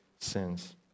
sins